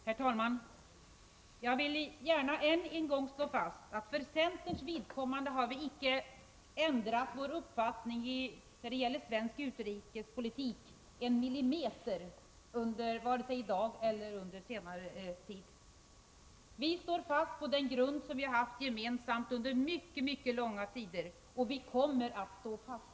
Herr talman! Jag vill gärna än en gång slå fast: Centern har icke ändrat sin uppfattning när det gäller svensk utrikespolitik en enda millimeter, vare sig i dag eller på senare tid. Vi står kvar på den grund som vi har haft gemensam under mycket långa tider — och vi kommer att stå kvar där.